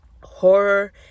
Horror